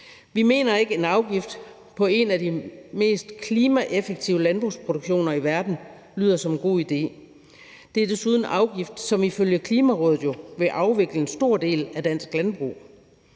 Vi mener ikke, at en afgift på en af de mest klimaeffektive landbrugsproduktioner i verden lyder som en god idé. Det er desuden en afgift, som ifølge Klimarådet vil afvikle en stor del af dansk landbrug.